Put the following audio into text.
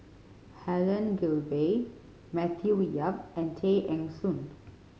Helen Gilbey Matthew Yap and Tay Eng Soon